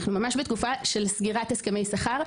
אנחנו ממש בתקופה של סגירת הסכמי שכר,